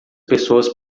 pessoas